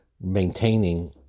maintaining